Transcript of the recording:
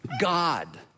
God